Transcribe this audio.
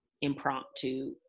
impromptu